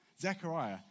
Zechariah